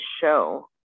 show